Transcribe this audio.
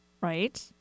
Right